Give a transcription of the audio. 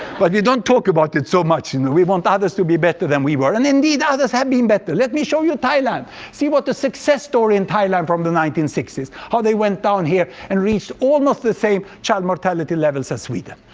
but you don't talk about it so much. and we want others to be better than we were, and indeed, others have been better. let me show you thailand, see what a success story, and thailand from the nineteen sixty s how they went down here and reached almost the same child mortality levels as sweden.